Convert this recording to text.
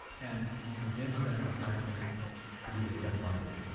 and convince them to hire me to do their direct marketing,